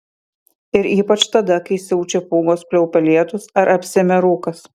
ir ypač tada kai siaučia pūgos pliaupia lietūs ar apsemia rūkas